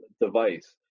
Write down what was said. device